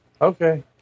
Okay